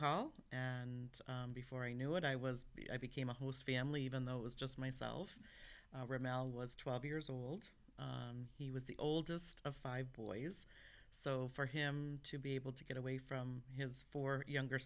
call and before i knew it i was i became a host family even though it was just myself was twelve years old he was the oldest of five boys so for him to be able to get away from his four younger